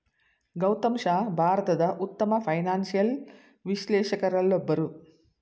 ಗೌತಮ್ ಶಾ ಭಾರತದ ಉತ್ತಮ ಫೈನಾನ್ಸಿಯಲ್ ವಿಶ್ಲೇಷಕರಲ್ಲೊಬ್ಬರು